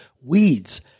Weeds